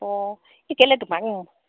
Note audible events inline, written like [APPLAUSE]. [UNINTELLIGIBLE]